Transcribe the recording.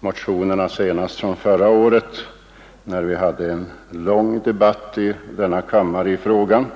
motioner senast förra året, då vi hade en lång debatt i denna kammare i den frågan.